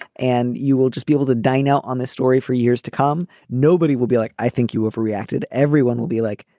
and you will just be able to dine out on this story for years to come. nobody will be like. i think you overreacted. everyone will be like,